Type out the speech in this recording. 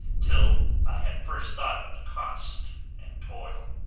till i had first thought of the cost and toil.